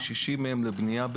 בערך 60 מהם לבנייה,